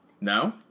No